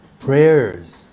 Prayers